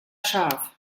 scharf